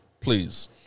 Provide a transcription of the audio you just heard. Please